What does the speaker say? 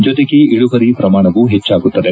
ಜೊತೆಗೆ ಇಳುವರಿ ಪ್ರಮಾಣವೂ ಹೆಚ್ಚಾಗುತ್ತದೆ